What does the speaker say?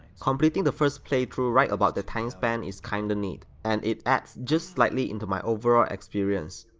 completing the first playthrough right about that time span is kinda neat and it adds just slightly into my overall experience.